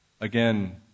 Again